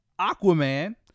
Aquaman